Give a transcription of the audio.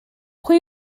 pwy